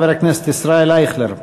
חבר הכנסת ישראל אייכלר.